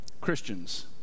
Christians